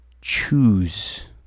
choose